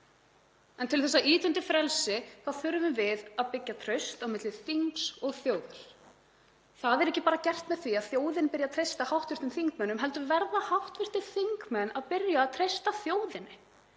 En til að ýta undir frelsi þá þurfum við að byggja traust á milli þings og þjóðar. Það er ekki bara gert með því að þjóðin byrji að treysta hv. þingmönnum heldur verða hv. þingmenn að byrja að treysta þjóðinni.